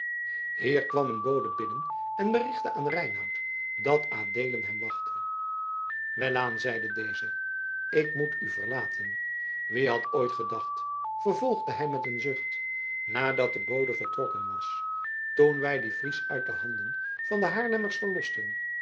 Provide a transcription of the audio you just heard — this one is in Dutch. hier kwam een bode binnen en berichtte aan reinout dat adeelen hem wachtte welaan zeide deze ik moet u verlaten wie had ooit gedacht vervolgde hij met een zucht nadat de bode vertrokken was toen wij dien fries uit de handen van de haarlemmers verlosten